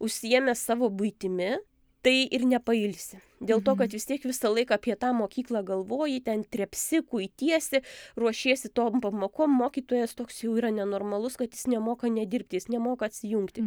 užsiėmęs savo buitimi tai ir nepailsi dėl to kad vis tiek visą laiką apie tą mokyklą galvoji ten trepsi kuitiesi ruošiesi tom pamokom mokytojas toks jau yra nenormalus kad jis nemoka nedirbti jis nemoka atsijungti